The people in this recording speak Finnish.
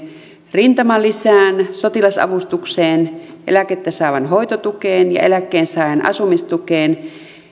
rintamalisään sotilasavustukseen eläkettä saavan hoitotukeen ja eläkkeensaajan asumistukeen